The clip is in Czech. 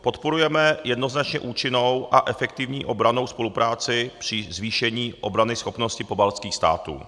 Podporujeme jednoznačně účinnou a efektivní obrannou spolupráci při zvýšení obranyschopnosti pobaltských států.